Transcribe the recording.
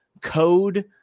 code